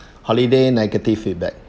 holiday negative feedback